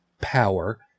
power